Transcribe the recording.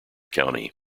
county